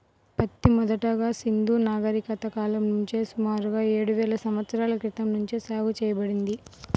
పత్తి మొదటగా సింధూ నాగరికత కాలం నుంచే సుమారుగా ఏడువేల సంవత్సరాల క్రితం నుంచే సాగు చేయబడింది